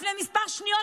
לפני כמה שניות,